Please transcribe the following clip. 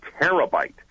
terabyte